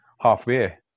halfway